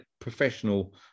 professional